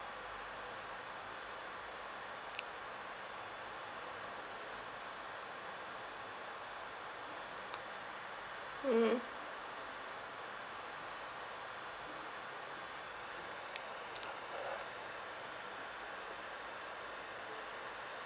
mmhmm